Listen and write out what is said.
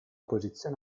posizione